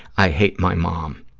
i hate my mom.